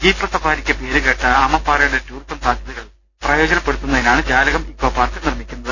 jeep സഫാരിക്ക് പേരുകേട്ട ആമപ്പാറയുടെ ടൂറിസം സാധ്യതകൾ പ്രയോജനപ്പെടുത്തുന്ന തിനാണ് ജാലകം ഇക്കോപാർക്ക് നിർമിക്കുന്നത്